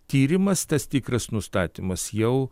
tyrimas tas tikras nustatymas jau